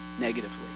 negatively